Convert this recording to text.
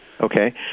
Okay